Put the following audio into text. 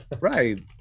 Right